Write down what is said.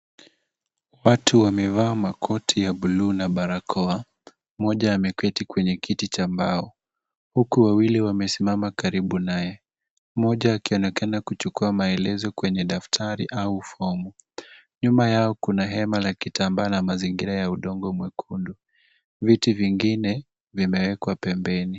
Watu wamevaa makoti ya buluu na barakoa. Mmoja ameketi kwenye kiti cha mbao huku wawili wamesimama karibu naye mmoja akionekana kuchukua maelezo kwenye daftari au fomu. Nyuma yao kuna hema la kitambaa na mazingira ya udongo mwekundu. Viti vingine vimewekwa pembeni.